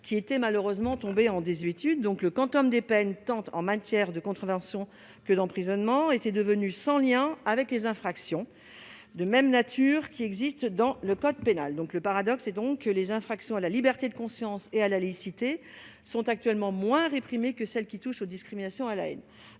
qui était malheureusement tombée en désuétude. Le quantum des peines, tant en matière de contravention qu'en matière d'emprisonnement, était devenu sans lien avec celui qui régit les infractions de même nature qui existent dans le code pénal. Le paradoxe est donc que les infractions à la liberté de conscience et à la laïcité sont actuellement moins réprimées que celles qui touchent aux discriminations et à la haine.